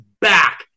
back